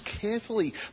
carefully